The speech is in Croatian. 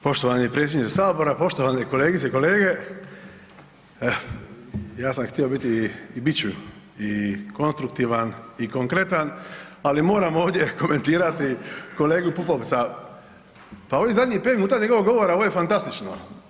Poštovani predsjedniče sabora, poštovane kolegice i kolege, ja sam htio biti i bit ću i konstruktivan i konkretan, ali moram ovdje komentirati kolegu Pupovca, pa ovih zadnjih 5 minuta njegovog govora ovo je fantastično.